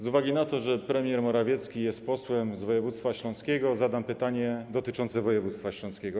Z uwagi na to, że premier Morawiecki jest posłem z województwa śląskiego, zadam pytanie dotyczące województwa śląskiego.